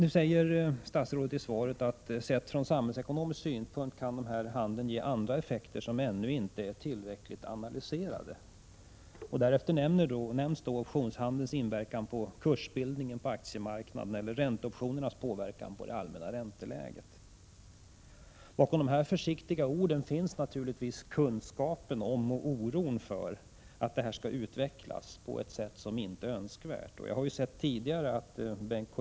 Nu säger statsrådet i svaret att denna handel från samhällsekonomisk synpunkt sett kan ge andra effekter som ännu inte är tillräckligt analyserade. Därefter nämns optionshandelns inverkan på kursbildningen på aktiemarknaden och ränteoptionernas påverkan på det allmänna ränteläget. Bakom dessa försiktiga ord finns naturligtvis kunskapen om och oron för att detta skall utvecklas på ett sätt som inte är önskvärt. Jag har även tidigare noterat att Bengt K.